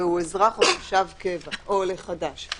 והוא אזרח או תושב קבע או עולה חדש.